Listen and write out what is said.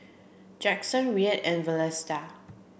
Jackson Rhett and Vlasta